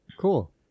cool